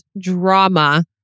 drama